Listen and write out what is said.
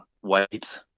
white